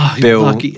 Bill